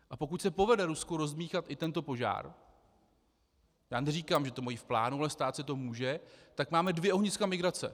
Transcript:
A pokud se povede Rusku rozdmýchat i tento požár já neříkám, že to mají v plánu, ale stát se to může tak máme dvě ohniska migrace.